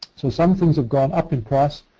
so some things have gone up in price.